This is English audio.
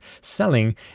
selling